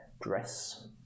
dress